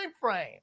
frame